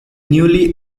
newly